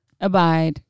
abide